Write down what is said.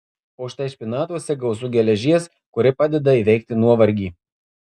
o štai špinatuose gausu geležies kuri padeda įveikti nuovargį